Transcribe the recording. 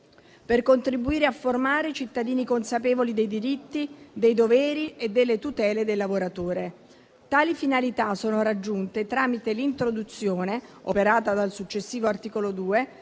per contribuire a formare cittadini consapevoli dei diritti, dei doveri e delle tutele del lavoratore. Tali finalità sono raggiunte tramite l'introduzione, operata dal successivo articolo 2,